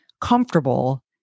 comfortable